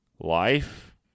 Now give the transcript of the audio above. life